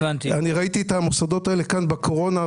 אני ראיתי את המוסדות האלה כאן בקורונה,